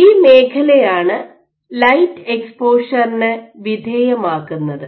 ഈ മേഖലയാണ് ലൈറ്റ് എക്സ്പോഷറിന് വിധേയമാക്കുന്നത്